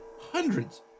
hundreds